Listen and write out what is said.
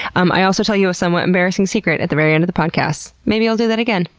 um i also tell you a somewhat embarrassing secret at the very end of the podcast. maybe i'll do that again.